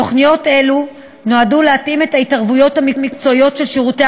תוכניות אלה נועדו להתאים את ההתערבות המקצועית של שירותי